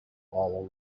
all